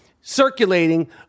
circulating